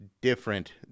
different